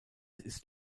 ist